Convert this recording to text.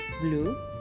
blue